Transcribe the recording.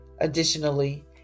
Additionally